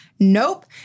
nope